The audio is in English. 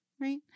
right